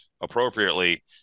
appropriately